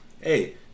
Hey